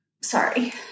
sorry